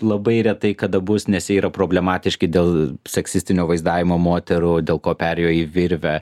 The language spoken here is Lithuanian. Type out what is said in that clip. labai retai kada bus nes jie yra problematiški dėl seksistinio vaizdavimo moterų dėl ko perėjo į virvę